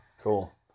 Cool